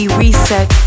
reset